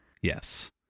Yes